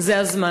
זה הזמן.